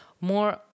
more